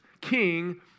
king